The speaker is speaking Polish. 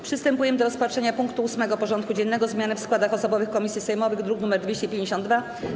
Przystępujemy do rozpatrzenia punktu 8. porządku dziennego: Zmiany w składach osobowych komisji sejmowych (druk nr 252)